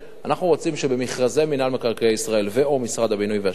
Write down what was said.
אנחנו רוצים שבמכרזי מינהל מקרקעי ישראל ו/או משרד הבינוי והשיכון,